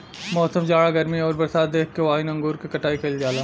मौसम, जाड़ा गर्मी आउर बरसात देख के वाइन अंगूर क कटाई कइल जाला